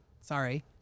Sorry